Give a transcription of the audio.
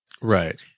right